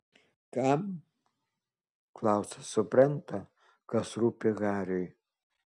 kam klausas supranta kas rūpi hariui